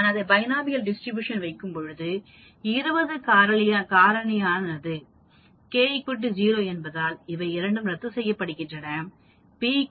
நான் அதை binomial distribution வைக்கும் போது 20 காரணியாலானது k 0 என்பதால் இவை இரண்டும் ரத்து செய்யப்படும் p 0